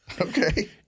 Okay